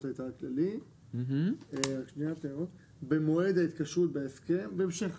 ההיתר הכללי במועד ההתקשרות בהסכם" ובהמשך